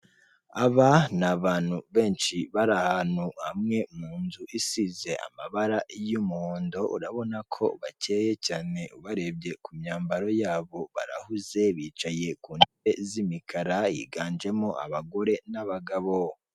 Aba ni abantu benshi bari ahantu hamwe mu nzu isize amabara y'umuhondo urabona ko bakeye cyane barebye ku myambaro yabo barahuze bicaye ku ntebe z'imikara higanjemo abagore n'abagabo.